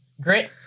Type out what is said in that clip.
Grit